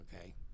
Okay